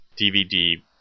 DVD